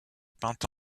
peinte